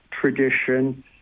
tradition